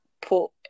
put